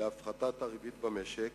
להפחתת הריבית במשק